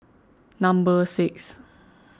number six